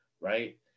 right